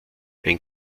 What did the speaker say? ein